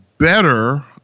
better